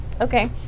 okay